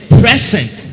present